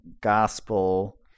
gospel